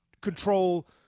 control